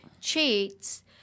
cheats